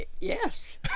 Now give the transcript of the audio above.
Yes